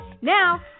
Now